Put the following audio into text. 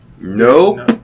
No